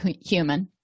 human